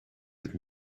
het